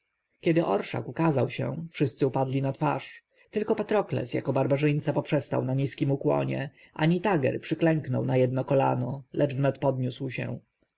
kiedy orszak ukazał się wszyscy upadli na twarz tylko patrokles jako barbarzyńca poprzestał na niskim ukłonie a nitager przyklęknął na jedno kolano lecz wnet podniósł się